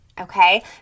okay